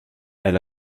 elle